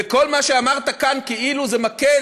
וכל מה שאמרת כאן, כאילו זה מקל